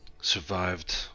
survived